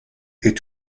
est